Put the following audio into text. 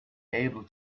able